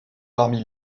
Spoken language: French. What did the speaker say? parmi